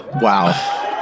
Wow